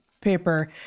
paper